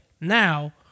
Now